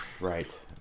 Right